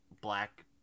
black